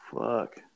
fuck